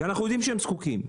ואנחנו יודעים שהם זקוקים.